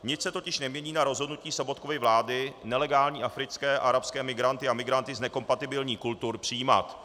Nic se totiž nemění na rozhodnutí Sobotkovy vlády nelegální africké, arabské migranty a migranty z nekompatibilních kultur přijímat.